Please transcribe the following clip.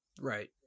right